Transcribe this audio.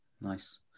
Nice